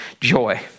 joy